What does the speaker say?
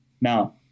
Now